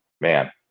man